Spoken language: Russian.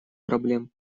проблем